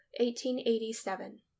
1887